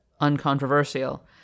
uncontroversial